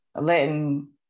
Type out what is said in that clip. letting